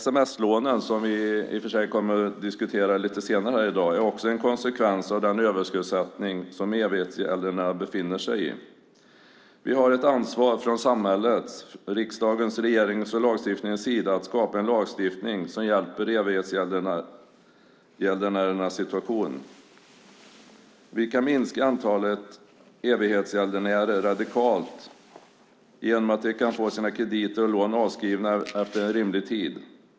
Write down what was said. Sms-lånen, som vi kommer att diskutera lite senare här i dag, är också en konsekvens av den överskuldsättning som evighetsgäldenärerna befinner sig i. Vi har ett ansvar från samhällets, riksdagens, regeringens och lagstiftarnas sida att skapa en lagstiftning som hjälper evighetsgäldenärerna i deras situation. Vi kan minska antalet evighetsgäldenärer radikalt genom att de kan få sina krediter och lån avskrivna efter en rimlig tid.